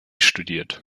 studiert